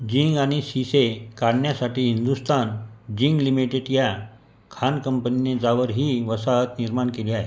जिंग आणि शिसे काढण्यासाठी हिंदुस्तान जिंग लिमिटेट या खाण कंपनीने जावर ही वसाहत निर्माण केली आहे